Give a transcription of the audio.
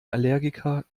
allergiker